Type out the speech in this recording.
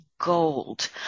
gold